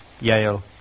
Yale